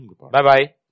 bye-bye